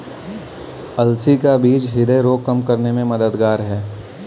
अलसी का बीज ह्रदय रोग कम करने में मददगार है